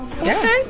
Okay